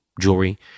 jewelry